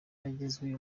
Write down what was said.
yagizwe